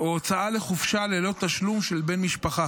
או הוצאה לחופשה ללא תשלום של בן משפחה